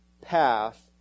path